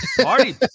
Party